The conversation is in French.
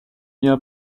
bien